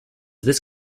this